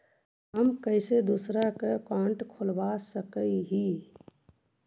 हम कैसे दूसरा का अकाउंट खोलबा सकी ही?